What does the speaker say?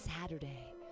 Saturday